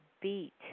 beat